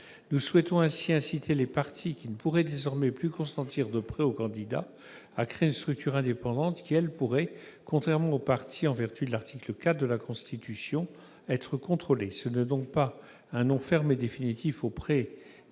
Nous souhaitons ainsi inciter les partis, qui ne pourraient désormais plus consentir de prêts aux candidats, à créer une structure indépendante qui pourrait, elle, contrairement aux partis en vertu de l'article 4 de la Constitution, être contrôlée. Cet amendement est donc non pas un non ferme et définitif aux prêts des